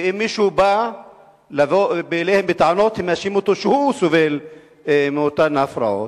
ואם מישהו בא אליהם בטענות הם יאשימו אותו שהוא סובל מאותן הפרעות.